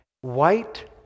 White